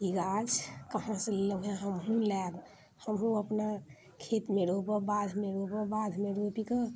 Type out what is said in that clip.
ई गाछ कहाँ से लेलहुँ हँ हमहूँ लाएब हमहूँ अपना खेत मे रोपब बाधमे रोपब बाधमे रोपि कऽ